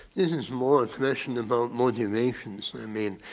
is is more a question about motivations, i mean,